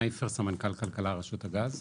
אני סמנכ"ל כלכלה, רשות הגז.